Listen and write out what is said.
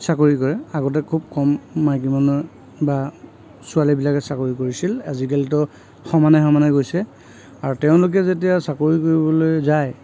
চাকৰি কৰে আগতে খুব কম মাইকী মানুহে বা ছোৱালীবিলাকে চাকৰি কৰিছিল আজিকালিতো সমানে সমানে গৈছে আৰু তেওঁলোকে যেতিয়া চাকৰি কৰিবলৈ যায়